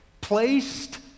Placed